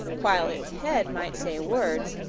while its head might say words,